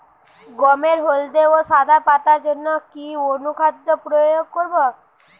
গমের হলদে ও সাদা পাতার জন্য কি অনুখাদ্য প্রয়োগ করব?